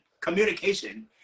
communication